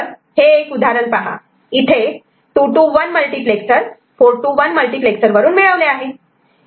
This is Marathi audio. तर हे एक उदाहरण पहा इथे 2 to 1 मल्टिप्लेक्सर 4 to 1 मल्टिप्लेक्सर वरून मिळविले आहे